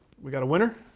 we got a winner?